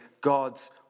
God's